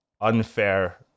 unfair